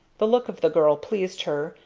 the look of the girl pleased her,